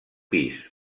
pis